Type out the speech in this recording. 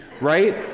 right